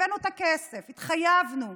הבאנו את הכסף, התחייבנו.